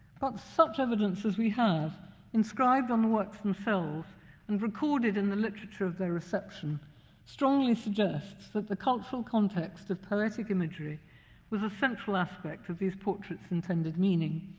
but such evidence as we have inscribed on the works themselves and recorded in the literature of their reception strongly suggests that the cultural context of poetic imagery was a central aspect of these portraits' intended meaning.